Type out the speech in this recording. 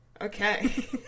Okay